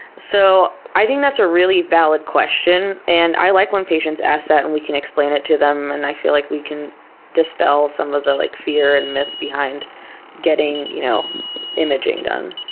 so, i think that's a really valid question and i like when patients ask that and we can explain it to them, and i feel like we can dispel some of the like fear and myths behind getting you know imaging done.